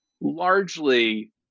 largely